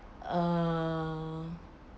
err